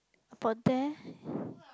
about there